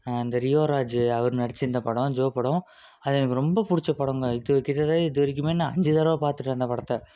அந்த ரியோ ராஜ் அவர் நடித்திருந்த படம் ஜோ படம் அது எனக்கு ரொம்ப பிடிச்ச படம்ங்க இது கிட்டத்தட்ட இதுவரைக்கும் நான் அஞ்சு தடவை பாத்துட்டேன் அந்த படத்தை